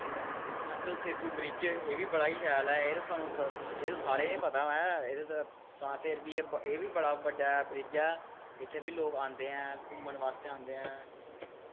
Atal Setu bridge एह् बी बड़ा ई शैल ऐ एह् ते सानूं एह् ते सारें गी पता ऐ फिर बी एह् बी बड़ा बड्डा ब्रिज ऐ इत्थें बी लोक आंदे ऐ घूमन बास्तै आंदे ऐ